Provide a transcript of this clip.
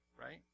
right